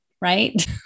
right